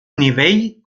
nivell